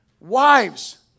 wives